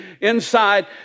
inside